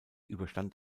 überstand